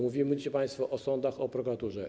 Mówiliście państwo o sądach, o prokuraturze.